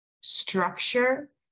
structure